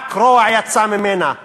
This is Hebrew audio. רק רוע יצא ממנה.